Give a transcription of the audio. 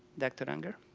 dr. unger?